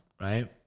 right